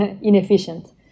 inefficient